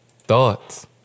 Thoughts